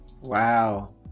wow